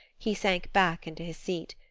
he sank back into his seat.